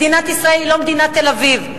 מדינת ישראל היא לא מדינת תל-אביב.